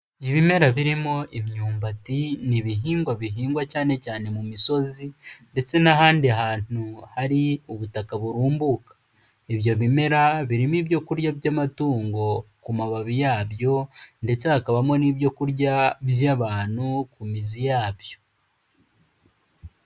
Ibimera birimo imyumbati n'ibihingwa bihingwa cyanecyane mu misozi ndetse n'ahandi hantu hari ubutaka burumbuka, ibyo bimera birimo ibyokurya by'amatungo ku mababi yabyo ndetse hakabamo n'ibyokurya by'abantu ku mizi yabyo.